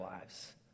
lives